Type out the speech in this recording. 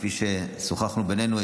כפי ששוחחנו ביננו,